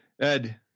Ed